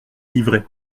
livrée